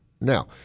Now